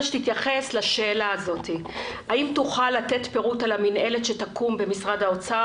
ממך אם תוכל לתת פירוט על המנהלת שתקום במשרד האוצר?